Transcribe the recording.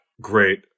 great